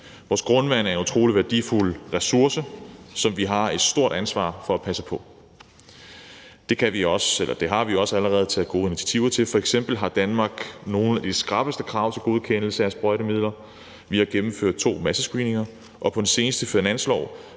Vores grundvand er en utrolig værdifuld ressource, som vi har et stort ansvar for at passe på. Det har vi også allerede taget gode initiativer til at gøre; f.eks. har Danmark nogle af de skrappeste krav til godkendelse af sprøjtemidler. Vi har gennemført to massescreeninger, og på den seneste finanslov